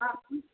હા